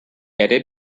erde